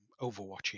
Overwatching